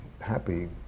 happy